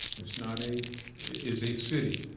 it's not a is a city.